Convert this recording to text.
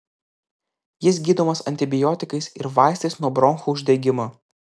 jis gydomas antibiotikais ir vaistais nuo bronchų uždegimo